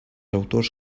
autors